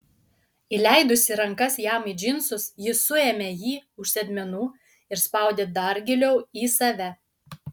įleidusi rankas jam į džinsus ji suėmė jį už sėdmenų ir spaudė dar giliau į save